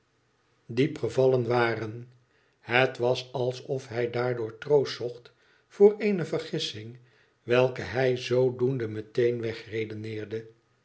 diep gevallen waren het was alsof hij daardoor troost zocht voor eene vergissing welke hij zoodoende meteen wegredeneerde